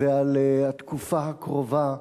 ועל התקופה הקרובה,